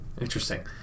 Interesting